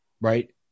right